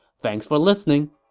thanks for listening!